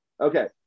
Okay